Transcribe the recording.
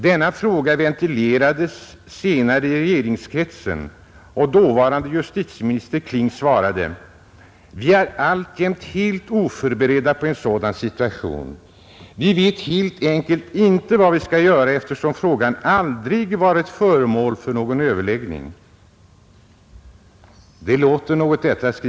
Denna fråga ventilerades senare i regeringskretsen och dåvarande justitieminister Kling svarade: Vi är alltjämt helt oförberedda på en sådan situation. Vi vet helt enkelt inte vad vi skall göra eftersom frågan aldrig varit föremål för någon överläggning. Det låter något detta.